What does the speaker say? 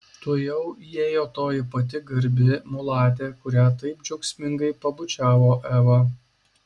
tuojau įėjo toji pati garbi mulatė kurią taip džiaugsmingai pabučiavo eva